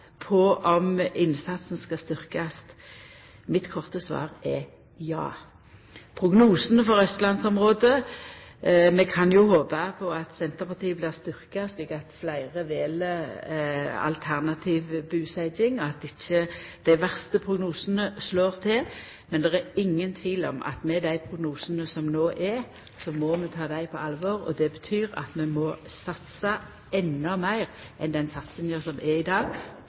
på om innsatsen skal styrkjast, er ja. Prognosane for austlandsområdet: Vi kan jo håpa på at Senterpartiet blir styrkt, slik at fleire vel alternativ busetjing, og at dei verste prognosane ikkje slår til. Men det er ingen tvil om at dei prognosane vi no har, må vi ta på alvor. Det betyr at vi må satsa endå meir enn